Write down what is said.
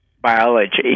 biology